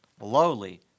lowly